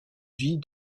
vie